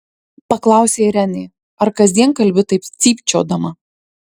paklausė renė ar kasdien kalbi taip cypčiodama